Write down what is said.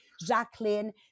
jacqueline